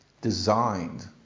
designed